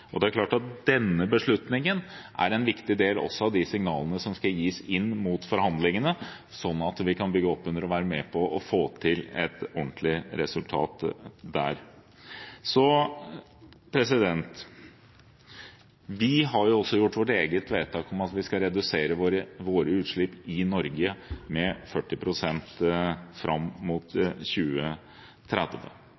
Det er klart at denne beslutningen er en viktig del av de signalene som skal gis inn mot forhandlingene, sånn at vi kan bygge opp under og være med på å få til et ordentlig resultat der. Vi har også gjort vårt eget vedtak om at vi skal redusere våre utslipp i Norge med 40 pst. fram mot 2030.